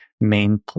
main